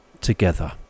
together